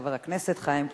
חבר הכנסת חיים כץ.